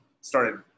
started